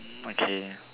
mm okay